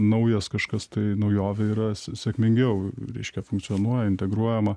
naujas kažkas tai naujovė yra sėkmingiau reiškia funkcionuoja integruojama